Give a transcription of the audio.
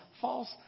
False